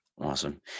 Awesome